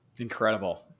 Incredible